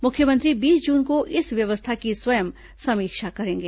मुख्यमंत्री बीस जून को इस व्यवस्था की स्वयं समीक्षा करेंगे